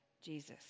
Jesus